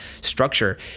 structure